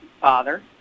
father